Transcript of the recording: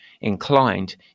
inclined